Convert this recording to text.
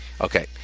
Okay